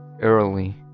early